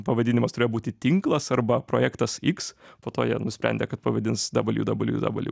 pavadinimas turėjo būti tinklas arba projektas iks po to jie nusprendė kad pavadins dablju dablju dablju